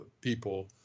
people